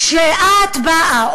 כשאת באה,